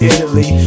Italy